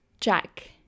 Jack